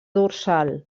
dorsal